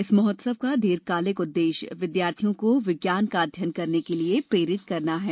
इस महोत्सव का दीर्घकालिक उद्देश्य विद्यार्थियों को विज्ञान का अध्ययन करने के लिए प्रेरित करना है